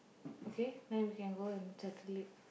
okay then we can go and settle it